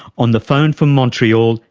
on the phone from montreal,